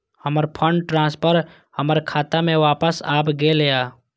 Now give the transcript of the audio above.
हमर fund transfer हमर खाता में वापस आब गेल या